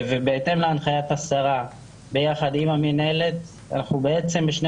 ובהתאם להנחיית השרה ביחד עם המינהלת אנחנו בעצם ב-12